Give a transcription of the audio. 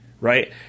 Right